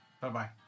Bye-bye